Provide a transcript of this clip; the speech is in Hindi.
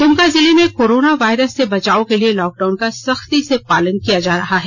दुमका जिले में कोरोना वायरस से बचाव के लिए लॉकडाउन का सख्ती से पालन किया जा रहा है